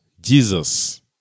Jesus